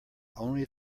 only